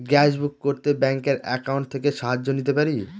Gas book করতে ব্যাংকের account থেকে সাহায্য নিতে পারি?